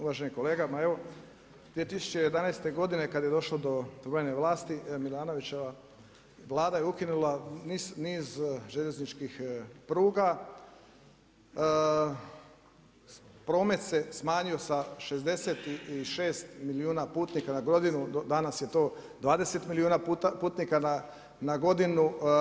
Uvaženi kolega, ma evo, 2011. godine kada je došlo do promjene vlasti, Milanovićeva Vlada je ukinula niz željezničkih pruga, promet se smanjio sa 66 milijuna putnika na godinu, danas je to 20 milijuna putnika na godinu.